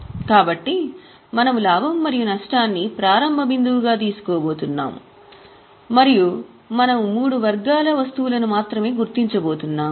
కాబట్టి మనము లాభం మరియు నష్టాన్ని ప్రారంభ బిందువుగా తీసుకోబోతున్నాము మరియు మనము మూడు వర్గాల వస్తువులను మాత్రమే గుర్తించబోతున్నాము